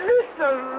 Listen